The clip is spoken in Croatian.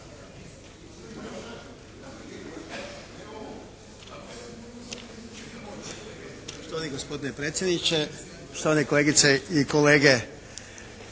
Poštovani gospodine predsjedniče, poštovane kolegice i kolege.